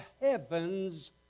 heavens